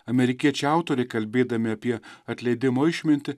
amerikiečiai autoriai kalbėdami apie atleidimo išmintį